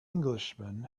englishman